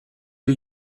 die